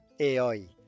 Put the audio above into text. AI